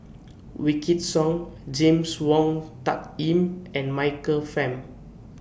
Wykidd Song James Wong Tuck Yim and Michael Fam